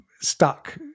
stuck